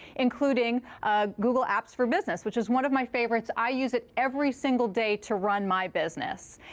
including ah google apps for business, which is one of my favorites. i use it every single day to run my business.